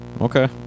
okay